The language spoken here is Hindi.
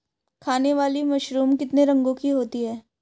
खाने वाली मशरूम कितने रंगों की होती है?